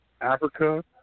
Africa